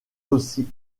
aussi